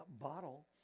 bottle